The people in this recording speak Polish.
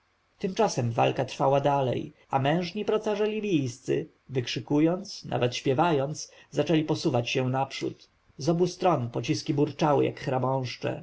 tymczasem walka trwała dalej a mężni procarze libijscy wykrzykując nawet śpiewając zaczęli posuwać się naprzód z obu stron pociski burczały jak